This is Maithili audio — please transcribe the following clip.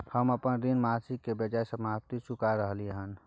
हम अपन ऋण मासिक के बजाय साप्ताहिक चुका रहलियै हन